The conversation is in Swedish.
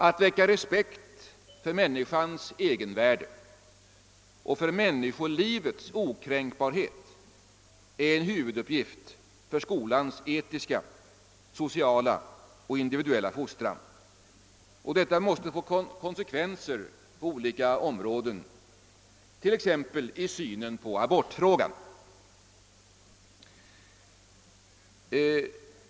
Att väcka respekt för människans egenvärde och för <människolivets okränkbarhet är en huvuduppgift för skolans etiska, sociala och individuella fostran. Detta måste få konsekvenser på olika områden, t.ex. i synen på abortfrågan.